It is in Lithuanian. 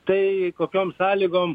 tai kokiom sąlygom